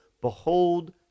behold